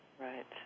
Right